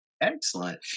Excellent